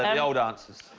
the old answers